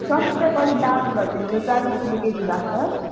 टमाटरको अहिले दाम घटेर चालिस रुपियाँ केजी भएको छ